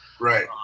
right